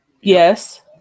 yes